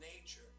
nature